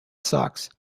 sox